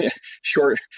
short